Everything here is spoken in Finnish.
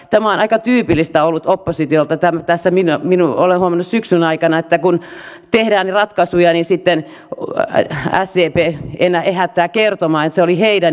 tämä on aika tyypillistä ollut oppositiolta tässä olen huomannut syksyn aikana että kun tehdään ratkaisuja niin sitten sdp ehättää kertomaan että se oli heidän ideansa